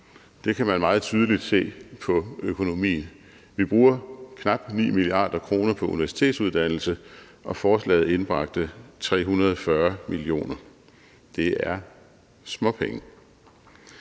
det kan man meget tydeligt se på økonomien. Vi bruger knap 9 mia. kr. på universitetsuddannelse, og forslaget indbragte 340 mio. kr. Det er småpenge.